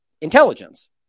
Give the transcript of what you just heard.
intelligence